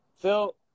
Phil